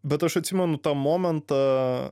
bet aš atsimenu tą momentą